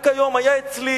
רק היום היה אצלי